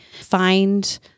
find